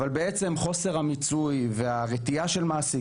אבל בעצם חוסר המיצוי והרתיעה של מעסיק